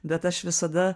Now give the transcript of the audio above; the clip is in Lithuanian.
bet aš visada